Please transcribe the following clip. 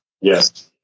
Yes